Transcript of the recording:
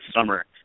summer